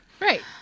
Right